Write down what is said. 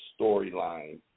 storyline